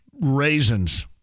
raisins